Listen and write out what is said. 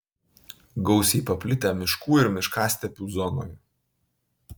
gausiai paplitę miškų ir miškastepių zonoje